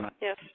Yes